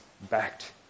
backed